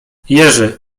jerzy